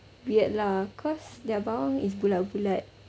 weird lah cause their bawang is bulat-bulat